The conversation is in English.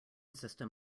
system